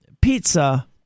pizza